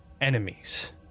enemies